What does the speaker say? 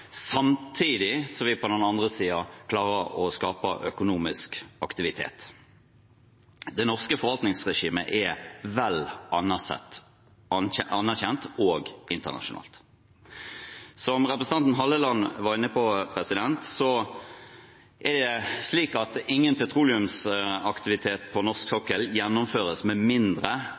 på den andre siden klarer vi å skape økonomisk aktivitet. Det norske forvaltningsregimet er vel anerkjent også internasjonalt. Som representanten Halleland var inne på, er det slik at ingen petroleumsaktivitet på norsk sokkel gjennomføres med mindre